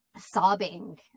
sobbing